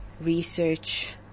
research